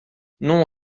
non